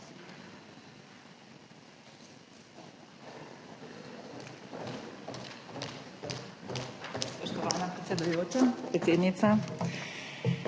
Hvala.